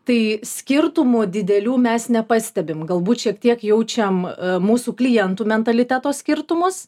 tai skirtumų didelių mes nepastebim galbūt šiek tiek jaučiam mūsų klientų mentaliteto skirtumus